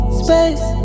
space